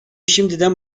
şimdiden